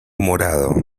morado